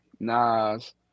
Nas